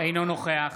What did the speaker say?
אינו נוכח